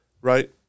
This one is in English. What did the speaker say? right